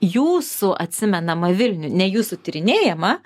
jūsų atsimenamą vilnių ne jūsų tyrinėjamą